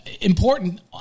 important